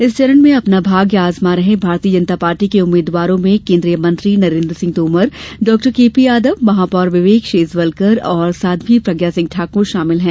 इस चरण में अपना भाग्य अजमा रहे भारतीय जनता पार्टी के उम्मीवारों में केन्द्रीय मंत्री नरेन्द्र सिंह तोमर डॉक्टर केपी यादव महापौर विवेक शेजवालकर और साध्वी प्रज्ञा सिंह ठाकुर शामिल हैं